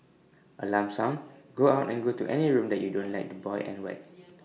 alarm sound go out and go to any room that you don't like the boy and whacked